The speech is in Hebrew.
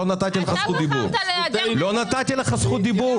לא נתתי לך זכות דיבור.